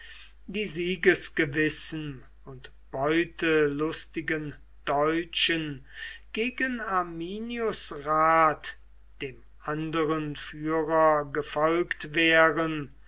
die siegesgewissen und beutelustigen deutschen gegen arminius rat dem anderen führer gefolgt wären